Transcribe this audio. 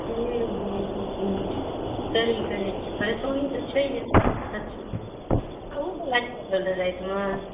हँ हँ हँ ताहि कहैत छी परेशानी तऽ छैहे सचमे अहूँ कऽ लाइट कटल रहऽ रातिमे